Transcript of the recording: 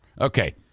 Okay